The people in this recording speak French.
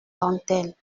dentelle